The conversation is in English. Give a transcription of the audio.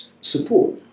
support